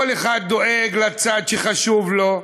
כל אחד דואג לצד שחשוב לו,